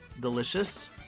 delicious